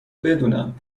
بدونم